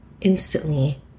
Instantly